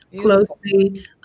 closely